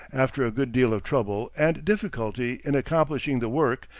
after a good deal of trouble and difficulty in accomplishing the work,